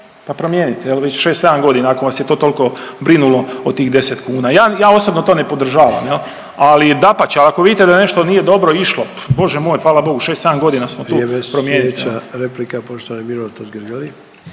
pa promijenite jel, već 6-7.g. ako vas je to tolko brinulo o tih 10 kuna. Ja, ja osobno to ne podržavam jel, ali dapače ako vidite da nešto nije dobro išlo, Bože moj, fala Bogu, 6-7.g. smo tu, promijenite.